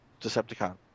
Decepticon